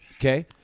Okay